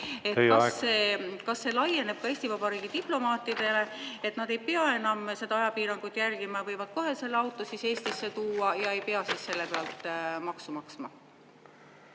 Kas see laieneb ka Eesti Vabariigi diplomaatidele, et nad ei pea enam seda ajapiirangut järgima, võivad kohe selle auto Eestisse tuua ja ei pea selle pealt maksu maksma?